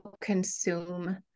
consume